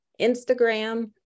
Instagram